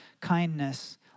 kindness